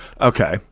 Okay